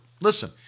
Listen